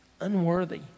unworthy